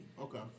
Okay